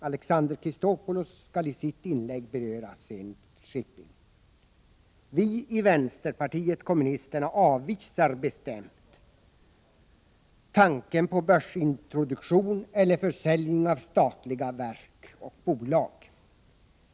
Alexander Chrisopoulos skall i sitt inlägg beröra Zenit Shipping. Vi i vänsterpartiet kommunisterna avvisar bestämt tanken på börsintroduktion eller försäljning av statliga verk och bolag.